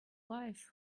life